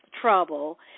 trouble